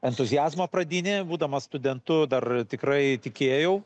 entuziazmą pradinį būdamas studentu dar tikrai tikėjau